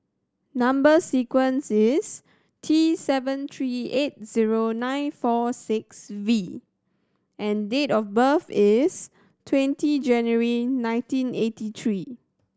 number sequence is T seven three eight zero nine four six V and date of birth is twenty January nineteen eighty three